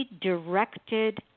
directed